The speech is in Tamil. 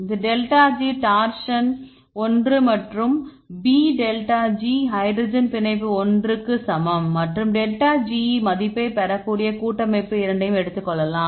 இது டெல்டாஜி டார்ஷன் 1 மற்றும் b டெல்டா ஜி ஹைட்ரஜன் பிணைப்பு 1 க்கு சமம் மற்றும் டெல்டா ஜி 2 மதிப்பைப் பெறக்கூடிய கூட்டமைப்பு இரண்டை எடுத்துக் கொள்ளலாம்